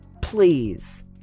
please